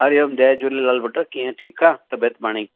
हरिओम जय झूलेलाल पुटु कीअं ठीकु आहे तबियत पाणी